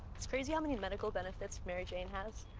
it's crazy how many medical benefits mary jane has.